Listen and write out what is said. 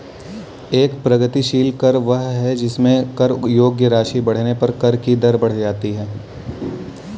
एक प्रगतिशील कर वह है जिसमें कर योग्य राशि बढ़ने पर कर की दर बढ़ जाती है